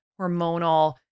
hormonal